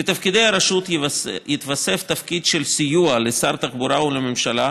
לתפקידי הרשות ייווסף תפקיד של סיוע לשר התחבורה ולממשלה,